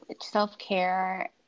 self-care